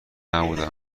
نبودم